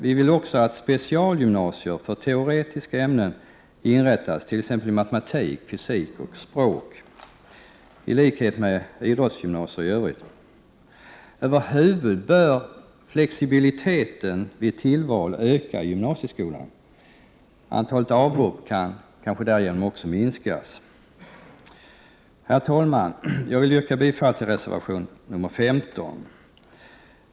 Vi vill också att specialgymnasier för teoretiska ämnen inrättas, t.ex. matematik, fysik och språk, i likhet med idrottsgymnasier i övrigt. Över huvud taget bör flexibiliteten vid tillval öka i gymnasieskolan. Antalet avhopp kan därigenom kanske också minskas. Herr talman! Jag yrkar bifall till reservation 15.